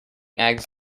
eggs